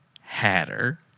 Hatter